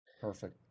Perfect